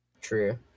True